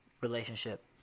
relationship